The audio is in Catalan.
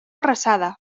arrasada